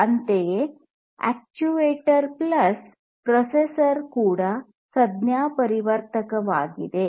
ಅಂತೆಯೇ actuator plus professor ಕೂಡ ಸಂಜ್ಞಾಪರಿವರ್ತಕವಾಗಿದೆ